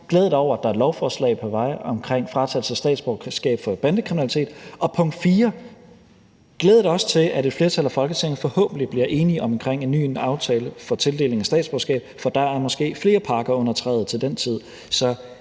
Glæd dig over, at der er et lovforslag på vej omkring fratagelse af statsborgerskab for bandekriminalitet. Og punkt 4: Glæd dig også til, at et flertal af Folketinget forhåbentlig bliver enige om en ny aftale for tildeling af statsborgerskab, for der er måske flere pakker under træet til den tid.